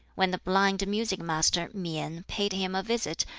when the blind music-master mien paid him a visit,